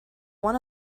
one